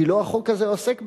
כי לא החוק הזה עוסק בזה,